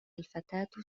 الفتاة